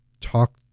talk